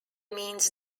means